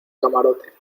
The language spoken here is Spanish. camarote